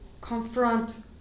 confront